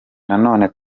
nanone